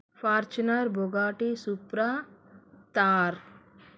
Fortuner Bugatti Supra Thar